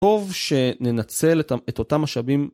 טוב שננצל את אותם משאבים.